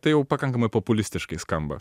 tai jau pakankamai populistiškai skamba